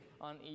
on